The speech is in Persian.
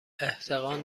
احتقان